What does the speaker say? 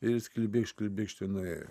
ir jis klibikš klibikšt ir nuėjo